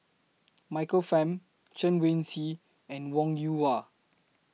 Michael Fam Chen Wen Hsi and Wong Yoon Wah